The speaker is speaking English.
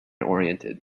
oriented